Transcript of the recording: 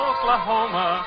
Oklahoma